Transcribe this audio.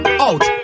out